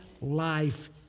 life